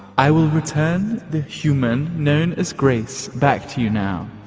i will return the human. known as grace. back to you now.